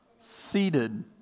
Seated